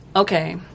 Okay